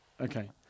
Okay